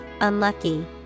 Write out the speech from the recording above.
unlucky